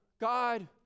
God